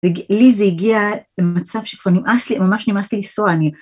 לי זה הגיע למצב שכבר נמאס לי ממש נמאס לי לנסוע אני...